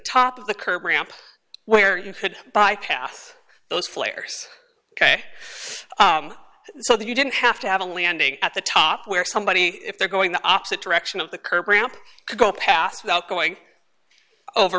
top of the curb ramp where you could bypass those flares ok so that you didn't have to have a landing at the top where somebody if they're going the opposite direction of the curb ramp could go past without going over